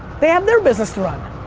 they have their business to run.